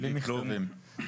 בלי כלום,